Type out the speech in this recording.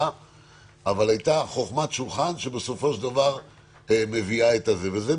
אבל הייתה חוכמת שולחן שבסופו של דבר מביאה את זה,